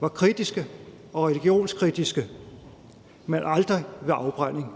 var kritiske og religionskritiske, men aldrig ved afbrænding.